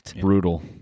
Brutal